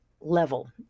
level